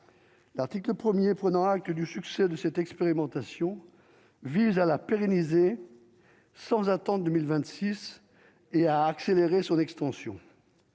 L'article 1er, prenant acte du succès de cette expérimentation vise à la pérenniser sans attendent 2000 26 et à accélérer son extension.